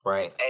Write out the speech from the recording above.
Right